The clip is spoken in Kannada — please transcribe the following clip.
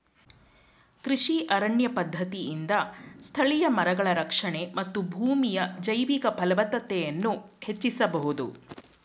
ಕೃಷಿ ಅರಣ್ಯ ಪದ್ಧತಿಯಿಂದ ಸ್ಥಳೀಯ ಮರಗಳ ರಕ್ಷಣೆ ಮತ್ತು ಭೂಮಿಯ ಜೈವಿಕ ಫಲವತ್ತತೆಯನ್ನು ಹೆಚ್ಚಿಸಬೋದು